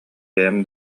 бэйэм